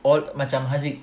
all macam haziq